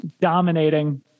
dominating